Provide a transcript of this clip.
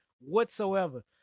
whatsoever